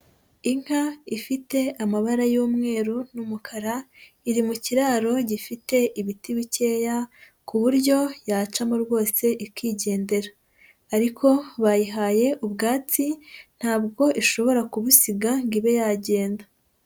Inka ifite amabara y'umweru n'umukara, iri mu kiraro gifite ibiti bikeya ku buryo yacamo rwose ikigendera ariko bayihaye ubwatsi, ntabwo ishobora kubusiga ngo ibe yagenda.